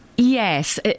Yes